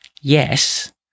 yes